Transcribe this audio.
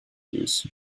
use